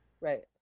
Right